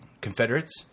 Confederates